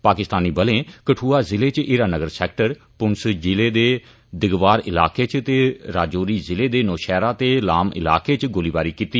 पाकिस्तानी बलें कठुआ जिले च हीरानगर सैक्टर पुंछ जिले दे दिगवार इलाके च ते रजौरी जिले दे नौशैह्रा ते लाम इलाकें च गोलाबारी कीती